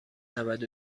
نود